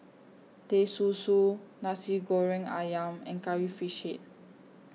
Teh Susu Nasi Goreng Ayam and Curry Fish Head